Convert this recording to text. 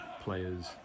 players